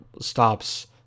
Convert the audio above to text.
stops